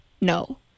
No